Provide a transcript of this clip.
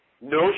No